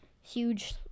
huge